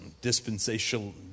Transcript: Dispensational